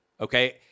Okay